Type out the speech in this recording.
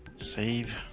save.